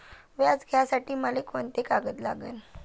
व्याज घ्यासाठी मले कोंते कागद लागन?